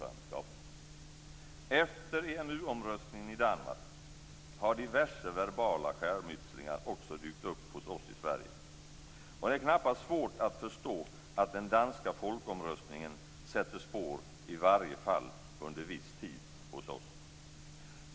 Efter EMU omröstningen i Danmark har diverse verbala skärmytslingar också dykt upp hos oss i Sverige. Och det är knappast svårt att förstå att den danska folkomröstningen sätter spår, i varje fall under viss tid, hos oss.